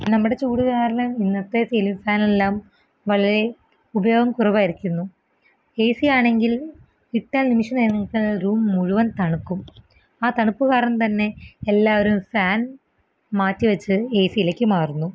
നമ്മുടെ ചൂട് കാരണം ഇന്നത്തെ സീലിങ്ങ് ഫാനെല്ലാം വളരെ ഉപയോഗം കുറവായിരിക്കുന്നു ഏ സിയാണെങ്കിൽ ഇട്ടാൽ നിമിഷ നേരങ്ങൾക്കകം റൂം മുഴുവൻ തണുക്കും ആ തണുപ്പ് കാരണം തന്നെ എല്ലാവരും ഫാൻ മാറ്റി വെച്ച് ഏ സിലേക്ക് മാറുന്നു